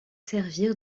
servir